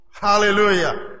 hallelujah